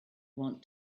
want